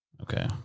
Okay